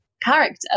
character